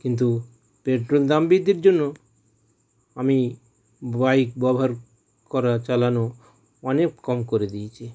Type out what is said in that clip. কিন্তু পেট্রোল দাম বৃদ্ধির জন্য আমি বাইক ব্যবহার করা চালানো অনেক কম করে দিয়েছি